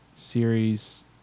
series